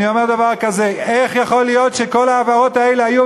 אני אומר דבר כזה: איך יכול להיות שכל ההעברות האלה היו